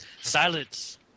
silence